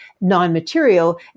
non-material